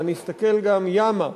אלא נסתכל גם ימה,